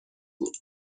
بود